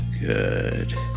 good